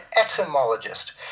etymologist